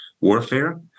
warfare